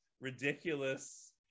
ridiculous